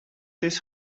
this